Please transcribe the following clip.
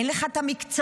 אין לך את המקצועיות.